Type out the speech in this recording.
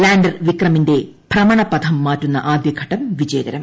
lander വിക്രമിന്റെ ഭ്രമണപഥം മൂാറ്റുന്ന ആദ്യഘട്ടം വിജയകരം